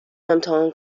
امتحان